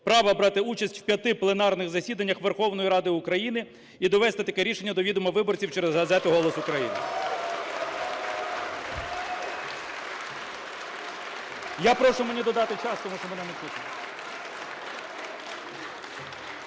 права брати участь в п'яти пленарних засіданнях Верховної Ради України і довести таке рішення до відома виборців через газету "Голос України". (Шум у залі) Я прошу мені додати час, тому що мене не чути.